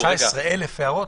19,000 הערות?